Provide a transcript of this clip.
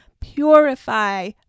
purify